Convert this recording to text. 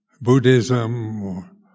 Buddhism